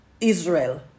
Israel